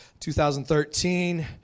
2013